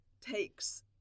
takes